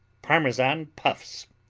parmesan puffs